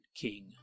King